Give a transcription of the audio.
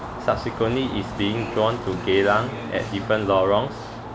subsequently is being drawn to geylang at different lorongs